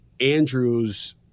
Andrew's